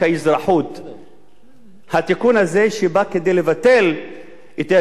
התיקון הזה שבא כדי לבטל את האפשרות של מה שנקרא איחוד משפחות,